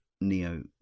Neo